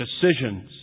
decisions